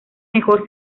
mejor